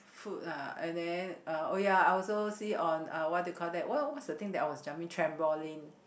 food ah and then oh ya I also see on uh what do you call that what what's the thing that I was jumping trampoline